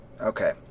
Okay